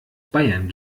bayern